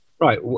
Right